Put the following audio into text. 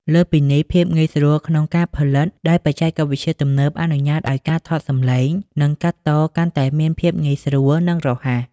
លើសពីនេះ ភាពងាយស្រួលក្នុងការផលិត ដោយបច្ចេកវិទ្យាទំនើបអនុញ្ញាតឲ្យការថតសំឡេង និងកាត់តកាន់តែមានភាពងាយស្រួល និងរហ័ស។